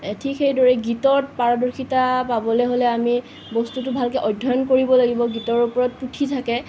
ঠিক সেইদৰে গীতত পাৰদৰ্শিতা পাবলৈ হ'লে আমি বস্তুটো ভালকৈ অধ্য়য়ন কৰিব লাগিব গীতৰ ওপৰত কি কি থাকে